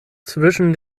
zwischen